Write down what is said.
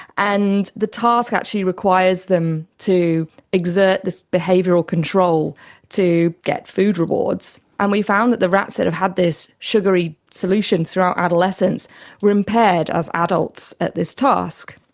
and the task actually requires them to exert this behavioural control to get food rewards, and we found that the rats that had had this sugary solution throughout adolescence were impaired as adults at this task.